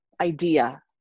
idea